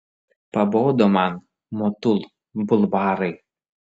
pabodo man motul bulvarai